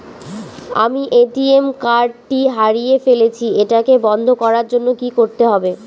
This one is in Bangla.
আমি এ.টি.এম কার্ড টি হারিয়ে ফেলেছি এটাকে বন্ধ করার জন্য কি করতে হবে?